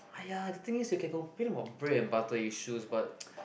!aiya! the thing is you can complain about bread and butter issues but